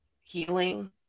healing